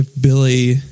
Billy